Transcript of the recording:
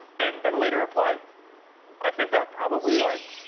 and then later apply i think that probably like,